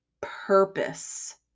purpose